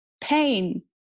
pain